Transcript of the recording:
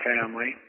family